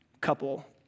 couple